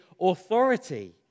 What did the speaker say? authority